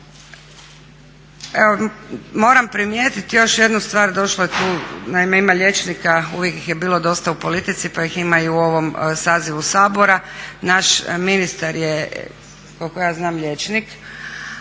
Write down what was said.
Evo moram primijetiti još jednu stvar, došlo je tu, naime ima liječnika, uvijek ih je bilo dosta u politici, pa ih ima i u ovom sazivu Sabora. Naš ministar je koliko ja znam liječnik.